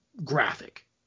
graphic